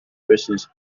persons